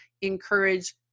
encourage